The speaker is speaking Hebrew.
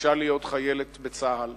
וביקשה להיות חיילת בצה"ל.